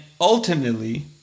ultimately